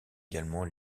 également